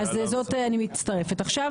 עכשיו